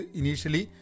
initially